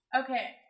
Okay